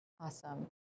Awesome